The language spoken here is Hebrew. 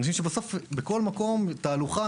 בכל מקום שיש תהלוכה,